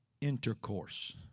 intercourse